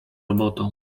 robotą